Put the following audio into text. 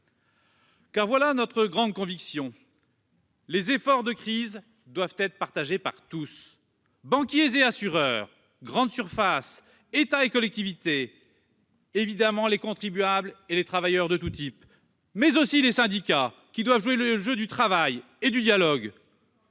Car c'est notre grande conviction : les efforts de crise doivent être partagés par tous, banquiers et assureurs, grandes surfaces, État et collectivités, mais aussi contribuables et travailleurs de tout type, syndicats, qui doivent jouer le jeu du travail et du dialogue.